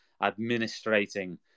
administrating